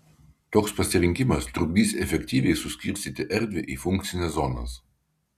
toks pasirinkimas trukdys efektyviai suskirstyti erdvę į funkcines zonas